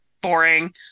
boring